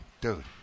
dude